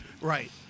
Right